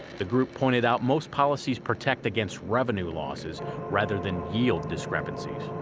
the group pointed out most policies protect against revenue losses rather than yield discrepancies.